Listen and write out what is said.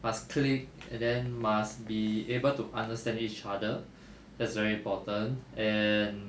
must click and then must be able to understand each other that's very important and